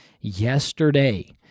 yesterday